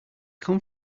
come